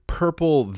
purple